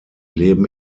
leben